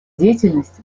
деятельность